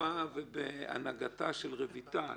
בפיקוחה ובהנהגתה של רויטל